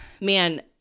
Man